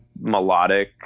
melodic